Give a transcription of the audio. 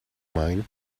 mine